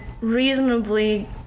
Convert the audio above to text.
reasonably